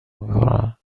میکنند